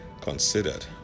considered